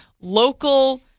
local